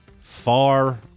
far